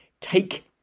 take